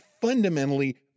fundamentally